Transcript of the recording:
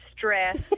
stress